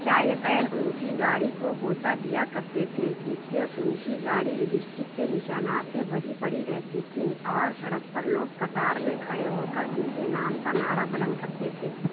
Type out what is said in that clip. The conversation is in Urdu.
شائقین ان کی گاڑی کو بوسہ دیا کرتے تھے جس سے ان کی گاڑی لبسٹک کے نشانات سے بھری پڑی رہتی تھیں اور سڑک پر لوگ قطار میں کھڑے ہو کر ان کے نام کا نعرہ بلند کرتے تھے